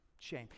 shame